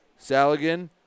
Saligan